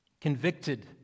convicted